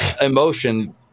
emotion